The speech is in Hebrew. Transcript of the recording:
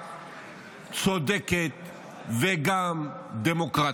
צודקת וגם דמוקרטית,